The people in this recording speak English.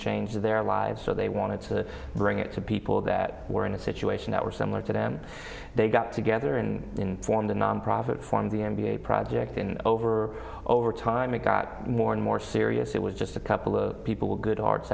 changed their lives so they wanted to bring it to people that were in a situation that were similar to them they got together and formed a nonprofit form the m b a project and over over time it got more and more serious it was just a couple of people good arts